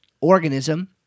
organism